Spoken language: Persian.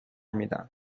میدم